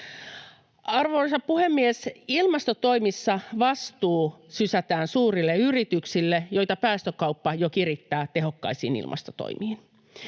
Arvoisa puhemies! Ilmastotoimissa vastuu sysätään suurille yrityksille, joita päästökauppa jo kirittää tehokkaisiin ilmastotoimiin.